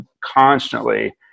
constantly